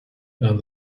and